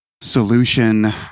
Solution